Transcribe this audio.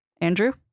Andrew